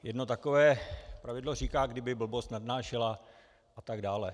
Jedno takové pravidlo říká kdyby blbost nadnášela atd.